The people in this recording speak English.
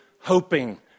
hoping